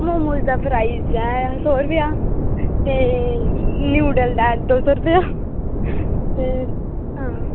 मोमोज़ दा प्राईज़ ऐ सौ रपेआ ते नूडल दा दौ सौ रपेआ ते आं